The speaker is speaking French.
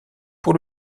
pour